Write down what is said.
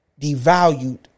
devalued